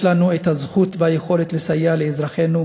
יש לנו את הזכות והיכולת לסייע לאזרחינו